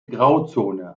grauzone